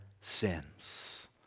sins